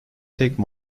take